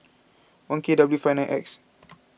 one K W five nine X